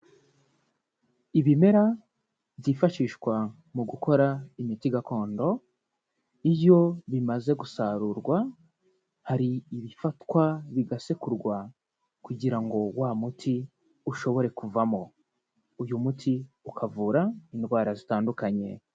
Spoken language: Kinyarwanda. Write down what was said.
Ibimera byifashishwa mu gukora imiti gakondo, iyo bimaze gusarurwa hari ibifatwa bigasekurwa kugira ngo wa muti ushobore kuvamo. Uyu muti ukavura indwara zitandukanye.